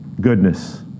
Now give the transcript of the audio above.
Goodness